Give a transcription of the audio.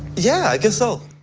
yeah. i guess so.